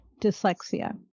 dyslexia